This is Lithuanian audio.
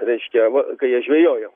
reiškia va kai jie žvejojo